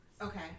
Okay